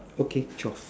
okay twelve